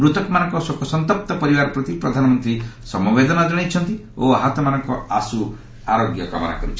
ମୃତକମାନଙ୍କ ଶୋକସନ୍ତପ୍ତ ପରିବାର ପ୍ରତି ପ୍ରଧାନମନ୍ତ୍ରୀ ସମବେଦନା ଜଣାଇଛନ୍ତି ଓ ଆହତମାନଙ୍କ ଆଶ୍ର ଆରୋଗ୍ୟ କାମନା କରିଛନ୍ତି